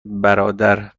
برادر